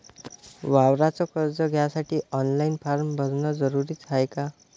वावराच कर्ज घ्यासाठी ऑनलाईन फारम भरन जरुरीच हाय का?